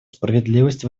справедливость